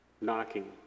knocking